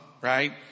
right